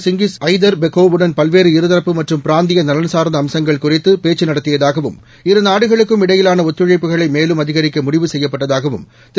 சிங்கிஸ் Aidarbekov வுடன் பல்வேறு இருதரப்பு மற்றும் பிராந்திய நலன் சார்ந்த அம்சங்கள் குறித்து பேச்சு நடத்தியதாகவும் இருநாடுகளுக்கும் இடையிலான ஒத்துழைப்புகளை மேலும் அதிகரிக்க முடிவு செய்யப்பட்டதாகவும் திரு